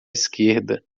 esquerda